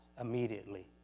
immediately